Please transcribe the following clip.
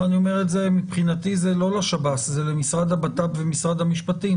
אני אומר את זה מבחינתי זה לא שב"ס אלא למשרד הבט"פ ומשרד המשפטים